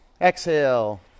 Exhale